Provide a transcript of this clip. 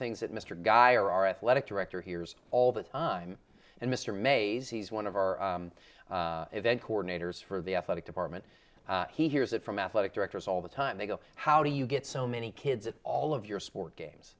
things that mr guy or our athletic director hears all the time and mr mays he's one of our event coordinators for the athletic department he hears it from athletic directors all the time they go how do you get so many kids and all of your sports games